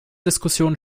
diskussion